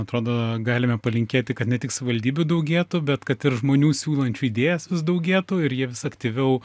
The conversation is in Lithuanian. atrodo galime palinkėti kad ne tik savivaldybių daugėtų bet kad ir žmonių siūlančių idėjas vis daugėtų ir jie vis aktyviau